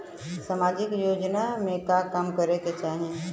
सामाजिक योजना में का काम करे के चाही?